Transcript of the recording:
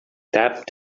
tapped